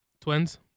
Twins